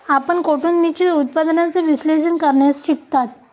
आपण कोठून निश्चित उत्पन्नाचे विश्लेषण करण्यास शिकलात?